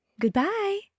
Goodbye